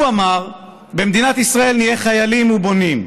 הוא אמר: "במדינת ישראל נהיה חיילים ובונים,